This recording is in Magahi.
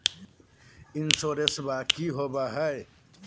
इंसोरेंसबा की होंबई हय?